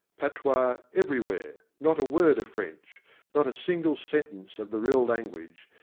patois, everywhere, not a word of french not a single sentence of the real language,